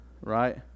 right